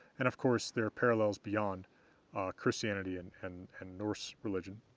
and of course, there are parallels beyond christianity and and and norse religion.